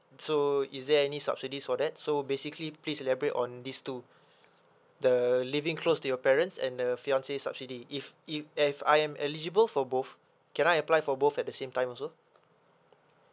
so is there any subsidies for that so basically please elaborate on these two the living close to your parents and the fiancee subsidy if if if I am eligible for both can I apply for both at the same time also